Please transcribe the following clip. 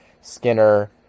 Skinner